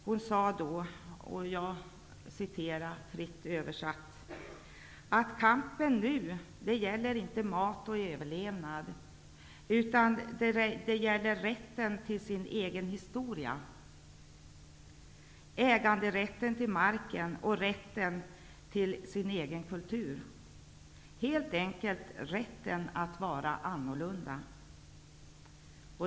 Hon sade då fritt översatt att kampen nu inte gäller mat och överlevnad, utan rätten till en egen historia, äganderätten till marken och rätten till en egen kultur. Det gäller helt enkelt rätten att vara annorlunda.